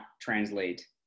translate